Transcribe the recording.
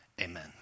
amen